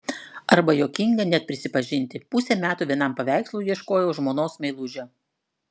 arba juokinga net prisipažinti pusę metų vienam paveikslui ieškojau žmonos meilužio